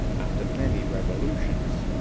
after many revolutions,